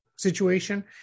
situation